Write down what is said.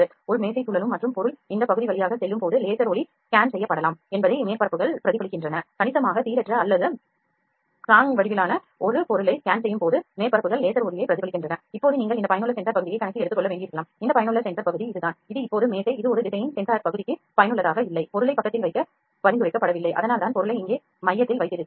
ஒரு மேசை சுழலும் மற்றும் பொருள் இந்த பகுதி வழியாக செல்லும் போது லேசர் ஒளி ஸ்கேன் செய்யப்படலாம் என்பதை மேற்பரப்புகள் பிரதிபலிக்கின்றன கணிசமாக சீரற்ற அல்லது கிராங்க் வடிவிலான ஒரு பொருளை ஸ்கேன் செய்யும் போது மேற்பரப்புகள் லேசர் ஒளியை பிரதிபலிக்கின்றன இப்போது நீங்கள் இந்த பயனுள்ள சென்சார் பகுதியை கணக்கில் எடுத்துக்கொள்ள வேண்டியிருக்கலாம் இந்த பயனுள்ள சென்சார் பகுதி இதுதான் இது இப்போது மேசை இது ஒரு திசையன் சென்சார் பகுதிக்கு பயனுள்ளதாக இல்லை பொருளை பக்கத்தில் வைக்க பரிந்துரைக்கப்படவில்லை அதனால்தான் பொருளை இங்கே மையத்தில் வைத்திருந்தோம்